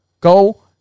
go